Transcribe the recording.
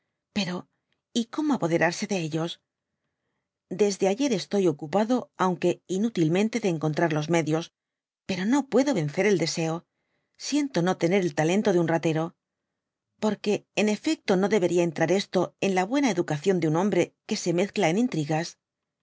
pero y como apoderarse de ellos desde ayer estoy ocupado aunque inútil mente de encontrar los medios pero no puedo vencer el deseo siento no tener el talento de un ratero porque en efecto no debería entrar esto en la buena educación de un hombre que se mezcla en intrigas